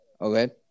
Okay